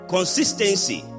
Consistency